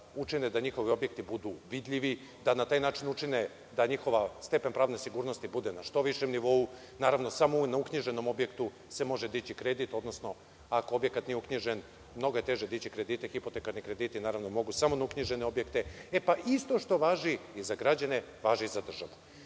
učine da njihovi objekti budu vidljivi, da na taj način učine da njihov stepen pravne sigurnosti bude na što višem nivou, naravno, samo na uknjiženom objektu se može dići kredit, odnosno ako objekat nije uknjižen mnogo je teže dići kredite. Hipotekarni krediti, naravno, mogu samo na uknjižene objekte. E, pa isto što važi i za građane važi i za državu. Godine